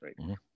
right